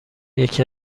یکی